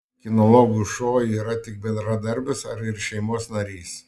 kinologui šuo yra tik bendradarbis ar ir šeimos narys